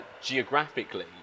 geographically